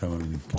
כמה מילים.